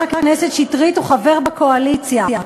חבר הכנסת שטרית הוא חבר בקואליציה.